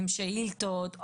עם שאילתות,